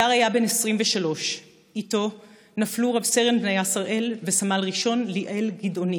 הדר היה בן 23. איתו נפלו רב-סרן בניה שראל וסמל ראשון ליאל גדעוני.